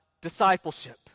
discipleship